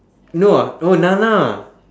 no ah oh nana